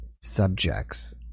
subjects